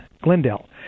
Glendale